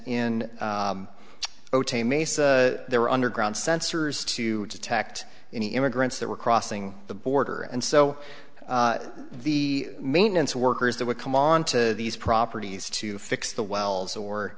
mesa there were underground sensors to detect any immigrants that were crossing the border and so the maintenance workers that would come on to these properties to fix the wells or